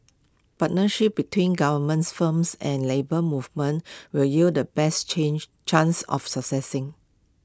partnership between government's firms and Labour Movement will yield the best change chance of